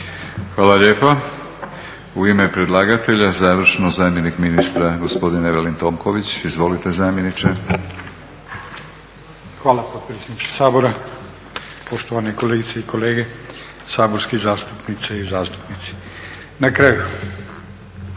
Hvala lijepa. U ime predlagatelja završno zamjenik ministra, gospodin Evelin Tonković. Izvolite zamjeniče. **Tonković, Evelin** Hvala potpredsjedniče Sabora, poštovane kolegice i kolege saborski zastupnice i zastupnici. Na kraju